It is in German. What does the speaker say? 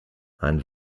ein